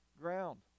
ground